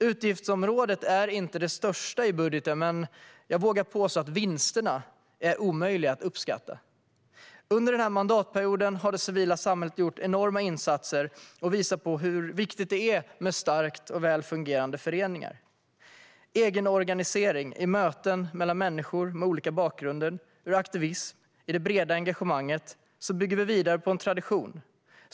Utgiftsområdet är inte det största i budgeten men jag vågar påstå att vinsterna är omöjliga att uppskatta. Under den här mandatperioden har det civila samhället gjort enorma insatser och visat på hur viktigt det är med starka och fungerande föreningar. Genom egenorganisering, i möten mellan människor med olika bakgrunder, ur aktivism, i det breda engagemanget bygger vi vidare på en tradition.